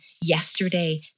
yesterday